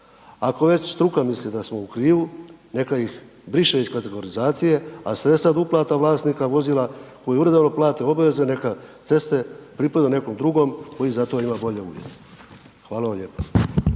Ako već struka misli da smo u krivu, neka ih briše iz kategorizacije a sredstva od uplata vlasnika vozila, koji uredovno plate obaveze, neka ceste pripadaju nekom drugom koji za to ima bolje uvjete. Hvala vam lijepa.